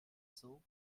cents